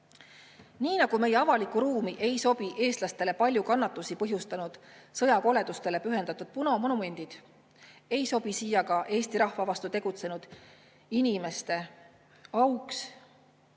Nii nagu meie avalikku ruumi ei sobi eestlastele palju kannatusi põhjustanud sõjakoledustele pühendatud punamonumendid, ei sobi siia ka Eesti rahva vastu tegutsenud inimeste auks